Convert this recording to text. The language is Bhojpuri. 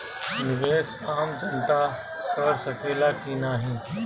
निवेस आम जनता कर सकेला की नाहीं?